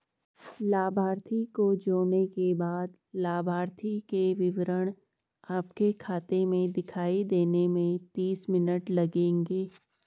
लाभार्थी को जोड़ने के बाद लाभार्थी के विवरण आपके खाते में दिखाई देने में तीस मिनट लगेंगे